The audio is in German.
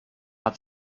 hat